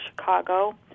Chicago